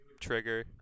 Trigger